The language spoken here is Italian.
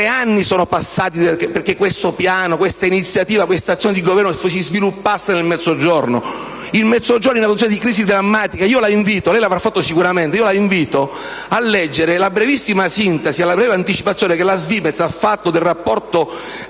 tre anni sono passati perché questo piano, questa iniziativa, quest'azione di governo si sviluppasse nel Mezzogiorno. Il Mezzogiorno è in una situazione di crisi drammatica. Io la invito - lei l'avrà fatto sicuramente - a leggere la brevissima sintesi all'anticipazione che la SVIMEZ ha fatto del rapporto